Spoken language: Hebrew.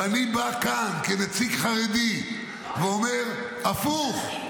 ואני בא כאן כנציג חרדי ואומר: הפוך,